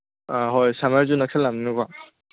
ꯑꯥ ꯍꯣꯏ ꯁꯃꯔꯁꯨ ꯅꯛꯁꯤꯜꯂꯛꯑꯕꯅꯤꯅꯀꯣ